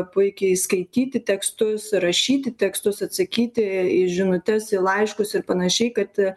puikiai skaityti tekstus rašyti tekstus atsakyti į žinutes į laiškus ir panašiai kad